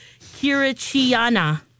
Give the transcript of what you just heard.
kirichiana